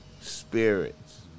spirits